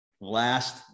Last